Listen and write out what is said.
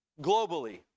globally